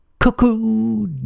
Cuckoo